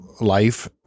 life